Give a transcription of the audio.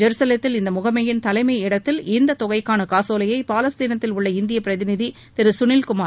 ஜெருசலத்தில் இந்த முகமையின் தலைமை இடத்தில் இந்தத் தொகைக்காள காசோலையை பாலஸ்தீனத்தில் உள்ள இந்திய பிரதிநிதி திரு சுனில்குமார் வழங்கினார்